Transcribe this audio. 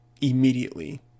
immediately